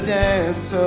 dance